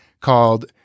called